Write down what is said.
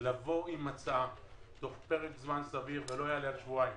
לבוא עם הצעה תוך פרק זמן סביר שלא יעלה על שבועיים.